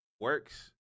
works